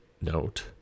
note